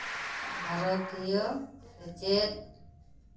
ᱵᱷᱟᱨᱚᱛᱤᱭᱚ ᱥᱮᱪᱮᱫ